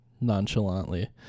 Nonchalantly